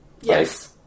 Yes